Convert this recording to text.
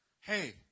Hey